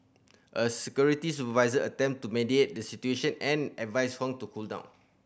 a security supervisor attempted to mediate the situation and advised Huang to cool down